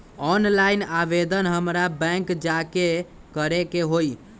Online आवेदन हमरा bank जाके करे के होई?